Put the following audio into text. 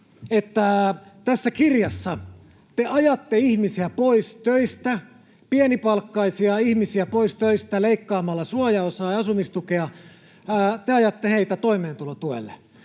budjettikirjaa] te ajatte ihmisiä pois töistä, pienipalkkaisia ihmisiä pois töistä leikkaamalla suojaosaa ja asumistukea. Te ajatte heitä toimeentulotuelle.